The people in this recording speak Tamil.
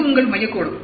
இது உங்கள் மையக் கோடு